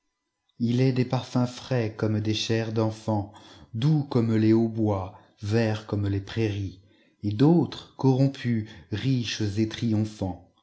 il est des parfums frais comme des chairs d'enfants doux comme les hautbois verts comme les prairies et d'autres corrompus riches et triomphants